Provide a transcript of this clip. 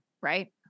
Right